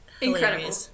Incredible